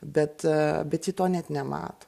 bet bet ji to net nemato